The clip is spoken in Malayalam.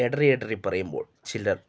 ഇടറി ഇടറി പറയുമ്പോൾ ചിലർ